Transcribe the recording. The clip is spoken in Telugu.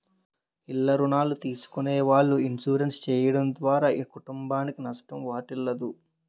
ఇల్ల రుణాలు తీసుకునే వాళ్ళు ఇన్సూరెన్స్ చేయడం ద్వారా కుటుంబానికి నష్టం వాటిల్లదు